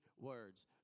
words